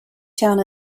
town